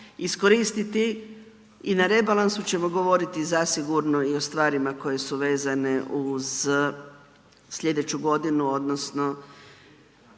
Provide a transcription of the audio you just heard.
iskoristiti i na rebalansu ćemo govoriti zasigurno i o stvarima koje su vezane uz sljedeću godinu odnosno